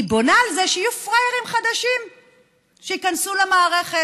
היא בונה על זה שיהיו פראיירים חדשים שייכנסו למערכת,